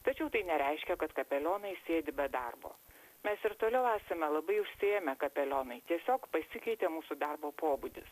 tačiau tai nereiškia kad kapelionai sėdi be darbo mes ir toliau esame labai užsiėmę kapelionai tiesiog pasikeitė mūsų darbo pobūdis